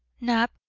knapp,